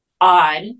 odd